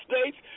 States